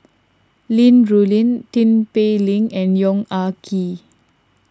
Li Rulin Tin Pei Ling and Yong Ah Kee